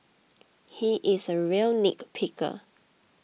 he is a real nitpicker